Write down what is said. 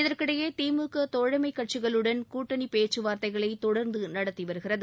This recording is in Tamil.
இதற்கிடையே திமுக தோழமை கட்சிகளுடன் கூட்டணி பேச்சுவாரத்தைகளை தொடர்ந்து நடத்தி வருகிறது